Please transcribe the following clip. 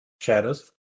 shadows